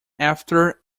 after